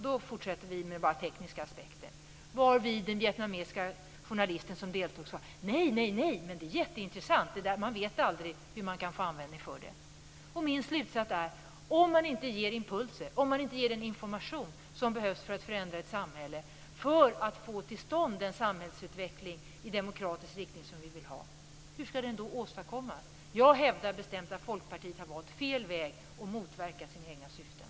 Då fortsätter vi med bara tekniska aspekter. Men då invände en vietnamesisk journalist: Nej, men det är jätteintressant. Man vet aldrig om man kan få användning för det. Min slutsats är: Om man inte ger impulser och om man inte ger den information som behövs för att förändra ett samhälle för att få till stånd en utveckling i demokratisk riktning, hur skall då detta åstadkommas? Jag hävdar bestämt att Folkpartiet har valt fel väg och att man därmed motverkar sina egna syften.